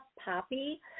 poppy